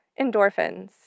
endorphins